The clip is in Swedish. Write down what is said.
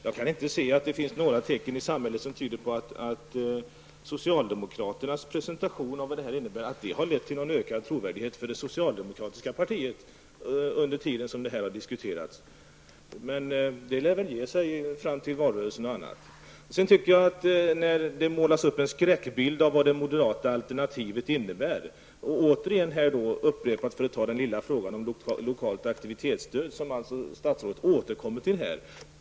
Jag kan inte se att det finns några tecken i samhället som tyder på att socialdemokraternas presentation har lett till någon ökad trovärdighet för det socialdemokratiska partiet under den tid som detta har diskuterats. Men det lär väl ge sig fram till valrörelsen. Det målas upp en skräckbild av vad det moderata alternativet innebär. Statsrådet återkommer till den lilla frågan om det lokala aktivitetsstödet.